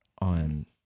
on